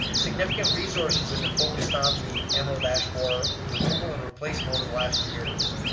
significant resources have been focused on the emerald ash borer removal and replacement over the last years.